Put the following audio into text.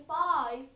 five